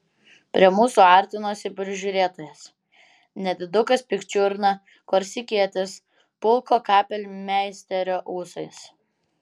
prie mūsų artinosi prižiūrėtojas nedidukas pikčiurna korsikietis pulko kapelmeisterio ūsais